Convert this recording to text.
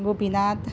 Gopinath